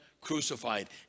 crucified